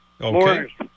Okay